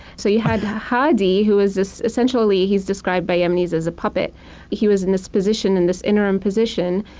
so you had hadi, who is this. essentially, he's described by yemenis as a puppet. but he was in this position, and this interim position,